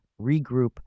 regroup